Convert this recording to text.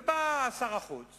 ובא שר החוץ